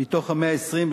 מתוך ה-120,